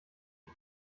die